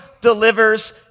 delivers